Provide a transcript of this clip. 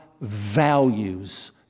values